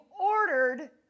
ordered